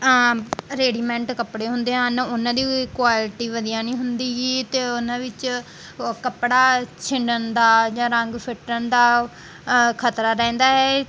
readymade ਕੱਪੜੇ ਹੁੰਦੇ ਹਨ ਉਹਨਾਂ ਦੀ ਕੁਆਲਿਟੀ ਵਧੀਆ ਨਹੀਂ ਹੁੰਦੀ ਗੀ ਅਤੇ ਉਹਨਾਂ ਵਿੱਚ ਕੱਪੜਾ ਛਿੰਡਣ ਦਾ ਜਾਂ ਰੰਗ ਫਿਟਣ ਦਾ ਖਤਰਾ ਰਹਿੰਦਾ ਹੈ